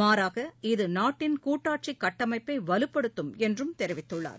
மாறாக இது நாட்டின் கூட்டாட்சிகட்டமைப்பைவலுப்படுத்தும் என்றும் தெரிவித்துள்ளார்